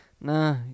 Nah